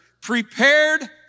prepared